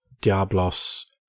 Diablo's